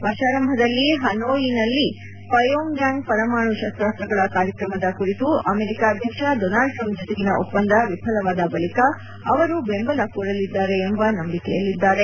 ವರ್ಷಾರಂಭದಲ್ಲಿ ಹನೋಯಿನಲ್ಲಿ ಪಯೋಂಗ್ಯಾಂಗ್ ಪರಮಾಣು ಶಸ್ತ್ರಾಸ್ತ್ರಗಳ ಕಾರ್ಯಕ್ರಮದ ಕುರಿತು ಅಮೆರಿಕ ಅಧ್ಯಕ್ಷ ಡೊನಾಲ್ಡ್ ಟ್ರಂಪ್ ಜಿತೆಗಿನ ಒಪ್ಪಂದ ವಿಫಲವಾದ ಬಳಿಕ ಅವರು ಬೆಂಬಲ ಕೋರಲಿದ್ದಾರೆ ಎಂಬ ನಂಬಿಕೆಯಲ್ಲಿದ್ದಾರೆ